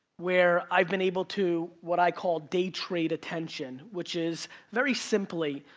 where i've been able to what i call day trade attention. which is, very simply,